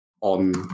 on